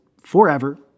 forever